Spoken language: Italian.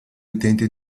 utenti